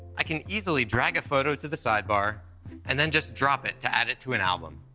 i can easily drag a photo to the sidebar and then just drop it to add it to an album.